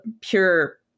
pure